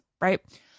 right